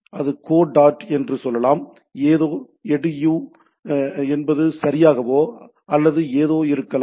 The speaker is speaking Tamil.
அது கோ டாட் என்று சொல்லலாம் ஏதோ எடுயூ என்பது சரியாகவோ அல்லது ஏதோ இருக்கலாம்